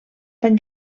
van